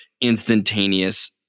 instantaneous